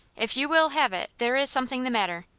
if you will have it, there is something the matter.